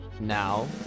Now